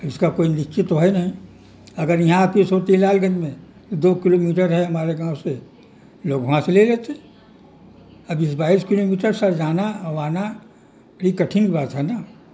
اس کا کوئی نشچت تو ہے نہیں اگر یہاں آپیس ہوتی لال گنج میں تو دو کلو میٹر ہے ہمارے گاؤں سے لوگ وہاں سے لے لیتے اب بیس بائیس کلو میٹر سر جانا اور آنا بڑی کٹھن بات ہے نا